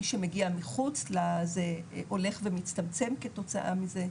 שמגיעים מבחוץ הולך ומצטמצם כתוצאה מזה.